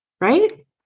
right